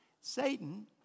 satan